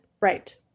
Right